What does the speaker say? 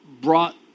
brought